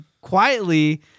quietly